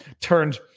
turned